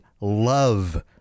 love